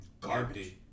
garbage